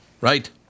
right